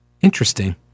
Interesting